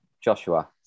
Joshua